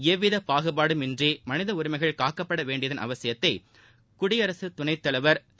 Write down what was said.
எவ்வித பாகுபடின்றி மனித உரிமைகள் காக்கப்பட வேண்டியதன் அவசியத்தை குடியரசுத் துணைத் தலைவர் திரு